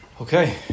Okay